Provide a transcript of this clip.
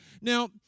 Now